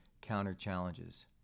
counter-challenges